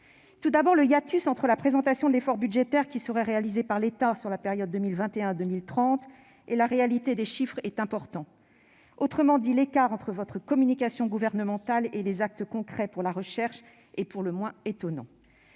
Tout d'abord, un hiatus entre la présentation de l'effort budgétaire qui serait réalisé par l'État sur la période 2021-2030 et la réalité des chiffres est important. Autrement dit, l'écart entre votre communication gouvernementale et les actes concrets pour la recherche est pour le moins étonnant.